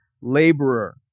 laborer